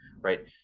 right